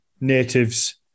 natives